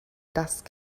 dust